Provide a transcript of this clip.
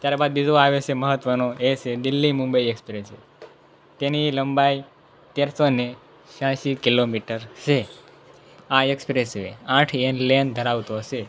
ત્યાર બાદ બીજો આવે છે જે મહત્ત્વનો એ છે દિલ્હી મુંબઈ એક્સપ્રેસવે તેની લંબાઈ તેરસોને છ્યાસી કિલોમીટર છે આ એક્સપ્રેસવે આઠ મેન લેન ધરાવતો છે